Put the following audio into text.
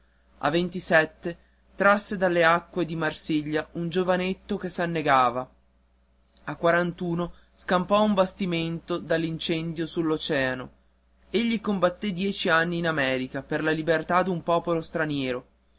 a ventisette trasse dall'acque di marsiglia un giovanetto che s'annegava a quarant'uno scampò un bastimento dall'incendio sull'oceano egli combatté dieci anni in america per la libertà d'un popolo straniero